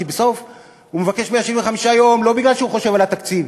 כי בסוף הוא מבקש 175 יום לא כי הוא חושב על התקציב,